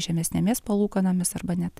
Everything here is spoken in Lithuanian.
žemesnėmis palūkanomis arba net